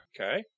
Okay